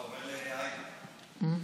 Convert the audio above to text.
כבוד היושבת-ראש,